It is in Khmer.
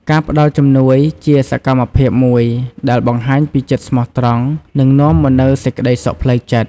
ការផ្តល់ជំនួយ ជាសកម្មភាពមួយដែលបង្ហាញពីចិត្តស្មោះត្រង់ និងនាំមកនូវសេចក្តីសុខផ្លូវចិត្ត។